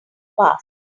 past